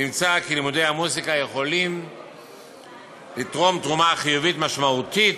נמצא כי לימודי המוזיקה יכולים לתרום תרומה חיובית משמעותית,